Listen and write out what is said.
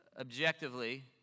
objectively